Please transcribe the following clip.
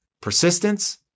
persistence